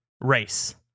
race